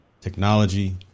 technology